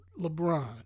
LeBron